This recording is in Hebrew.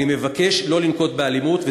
אני מבקש לא לנקוט אלימות.